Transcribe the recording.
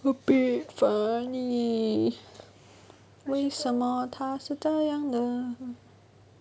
would be funny 为什么它是这样的